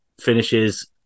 finishes